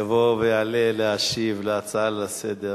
יבוא ויעלה להשיב על ההצעה לסדר,